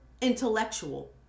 intellectual